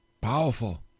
Powerful